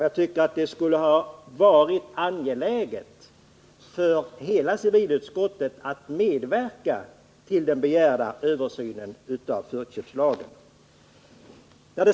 Jag tycker att det skulle ha varit angeläget för hela civilutskottet att medverka till den begärda översynen av förköpslagen.